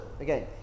again